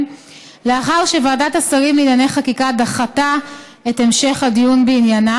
לאחר שוועדת השרים לענייני חקיקה דחתה את המשך הדיון בעניינה,